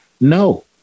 no